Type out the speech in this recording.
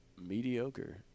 Mediocre